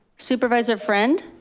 supervisor friend.